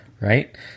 right